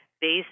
based